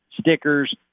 stickers